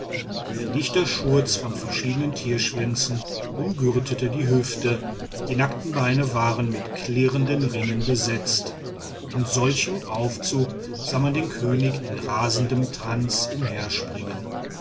ein dichter schurz von verschiedenen tierschwänzen umgürtete die hüften die nackten beine waren mit klirrenden ringen besetzt in solchem aufzug sah man den könig in rasendem tanz